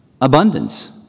abundance